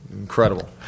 incredible